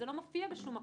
זה לא מופיע בשום מקום.